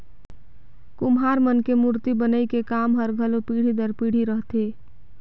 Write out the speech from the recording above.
कुम्हार मन के मूरती बनई के काम हर घलो पीढ़ी दर पीढ़ी रहथे